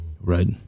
right